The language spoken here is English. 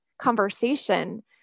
conversation